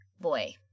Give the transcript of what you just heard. boy